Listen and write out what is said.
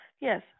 Yes